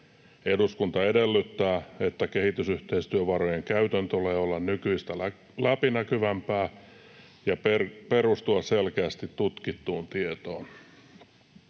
Eduskunta edellyttää, että kehitysyhteistyövarojen käytön tulee olla nykyistä läpinäkyvämpää ja perustua selkeästi tutkittuun tietoon.